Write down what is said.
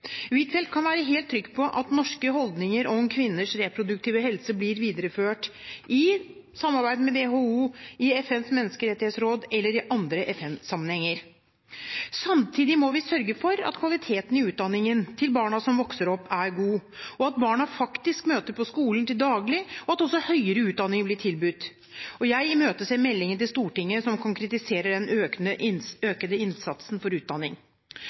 Huitfeldt kan være helt trygg på at norske holdninger til kvinners reproduktive helse blir videreført i samarbeid med WHO, i FNs menneskerettighetsråd, eller i andre FN-sammenhenger. Samtidig må vi sørge for at barna som vokser opp, får en utdanning med god kvalitet, at barna faktisk møter på skolen til daglig, og at også høyere utdanning blir tilbudt. Jeg imøteser meldingen til Stortinget som konkretiserer den økte innsatsen for utdanning.